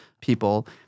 people